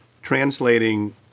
Translating